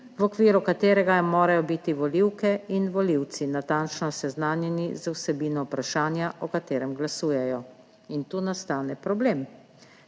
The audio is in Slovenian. v okviru katerega morajo biti volivke in volivci natančno seznanjeni z vsebino vprašanja, o katerem glasujejo. In tu nastane problem.